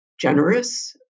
generous